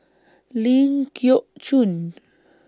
Ling Geok Choon